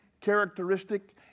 characteristic